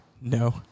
No